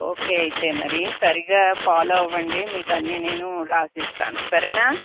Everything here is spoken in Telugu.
ఓకే అయితే మరీ సరిగ్గా ఫాలో అవ్వండి మీకు అన్ని నేను రాసి ఇస్తాను సరేనా